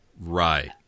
Right